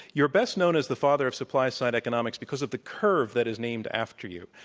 you're best known as the father of supply side economics because of the curve that is named after you.